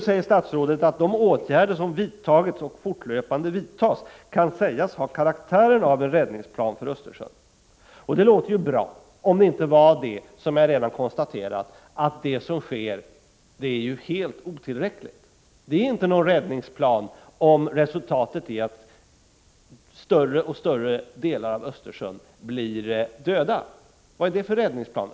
Statsrådet säger: ”De åtgärder som vidtagits och fortlöpande vidtas kan sägas ha karaktären av en räddningsplan för Östersjön.” Det låter ju bra, om det inte var för det som jag redan konstaterat, nämligen att det som sker är helt otillräckligt. Det är inte någon räddningsplan om resultatet är att större och större delar av Östersjön blir utan liv. Vad är det för en räddningsplan?